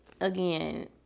again